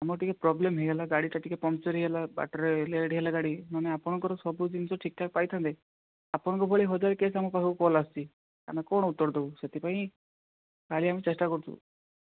ଆମର ଟିକେ ପ୍ରୋବ୍ଲେମ୍ ହେଇଗଲା ଗାଡ଼ିଟା ଟିକେ ପଙ୍କଚର୍ ହେଇଗଲା ବାଟରେ ଲେଟ୍ ହେଲା ଗାଡ଼ି ନହେଲେ ଆପଣଙ୍କର ସବୁ ଜିନିଷ ଠିକ୍ଠାକ୍ ପାଇଥାନ୍ତେ ଆପଣଙ୍କ ଭଳି ହଜାର କେସ୍ ଆମ ପାଖକୁ କଲ୍ ଆସୁଛି ଆମେ କ'ଣ ଉତ୍ତର ଦେବୁ ସେଥିପାଇଁ କାଲି ଆମେ ଚେଷ୍ଟା କରୁଛୁ